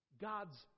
God's